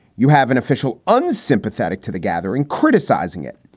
you have an official unsympathetic to the gathering, criticizing it.